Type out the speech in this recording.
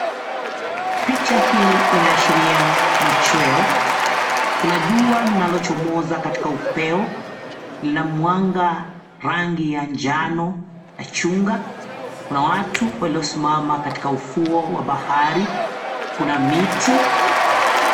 Picha hii inaashiria machweo kuna jua linalochomoza katika upeo lina mwanga, rangi ya njano na chungwa kuna watu waliosimama katika ufuo wa bahari, kuna miti.